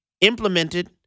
implemented